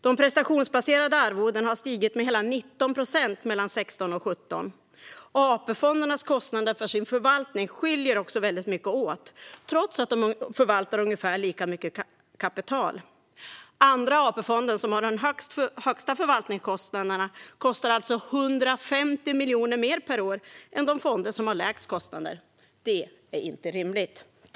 De prestationsbaserade arvodena har stigit med hela 19 procent mellan 2016 och 2017. AP-fondernas kostnader för sin förvaltning skiljer sig också mycket åt, trots att de förvaltar ungefär lika mycket kapital. Andra AP-fonden, som har de högsta förvaltningskostnaderna, kostar 150 miljoner mer per år än de fonder som har lägst kostnader. Det är inte rimligt.